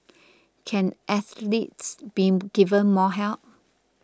can athletes be given more help